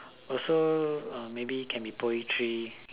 also maybe can be poetry